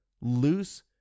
loose